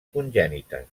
congènites